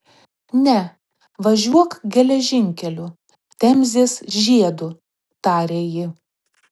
ne važiuok geležinkeliu temzės žiedu tarė ji